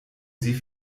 sie